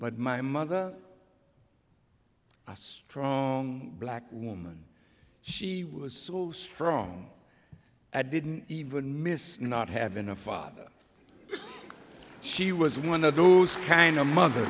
but my mother a strong black woman she was so strong i didn't even miss not having a father she was one of those kind of mother